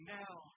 now